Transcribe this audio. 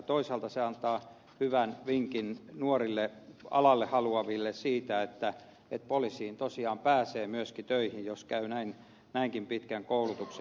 toisaalta se antaa hyvän vinkin nuorille alalle haluaville siitä että poliisiin tosiaan pääsee myöskin töihin jos käy näinkin pitkän koulutuksen